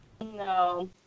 No